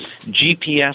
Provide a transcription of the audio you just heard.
GPS